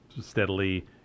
steadily